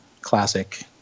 classic